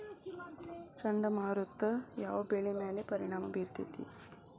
ಚಂಡಮಾರುತ ಯಾವ್ ಬೆಳಿ ಮ್ಯಾಲ್ ಪರಿಣಾಮ ಬಿರತೇತಿ?